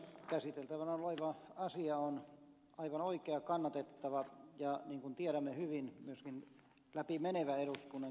käsiteltävänä oleva asia on aivan oikea kannatettava ja niin kuin tiedämme hyvin myöskin läpi menevä eduskunnan käsittelyssä